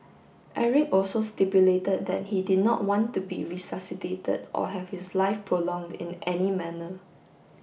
Eric also stipulated that he did not want to be resuscitated or have his life prolonged in any manner